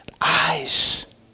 eyes